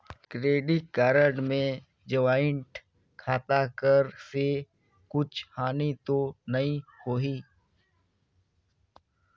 Credit card मे joint खाता कर से कुछ हानि तो नइ होही?